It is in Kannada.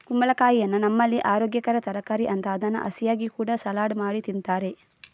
ಕುಂಬಳಕಾಯಿಯನ್ನ ನಮ್ಮಲ್ಲಿ ಅರೋಗ್ಯಕರ ತರಕಾರಿ ಅಂತ ಅದನ್ನ ಹಸಿಯಾಗಿ ಕೂಡಾ ಸಲಾಡ್ ಮಾಡಿ ತಿಂತಾರೆ